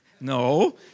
No